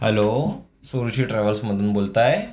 hello सुरशि ट्रॅव्हल्समधून बोलताय